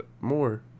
more